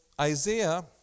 Isaiah